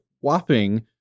whopping